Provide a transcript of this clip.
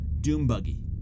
Doombuggy